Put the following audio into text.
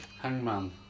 Hangman